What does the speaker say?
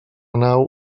nau